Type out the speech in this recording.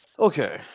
Okay